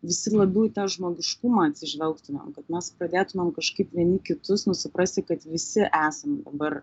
visi labiau į tą žmogiškumą atsižvelgtumėm kad mes pradėtumėm kažkaip vieni kitus nu suprasti kad visi esam dabar